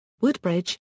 Woodbridge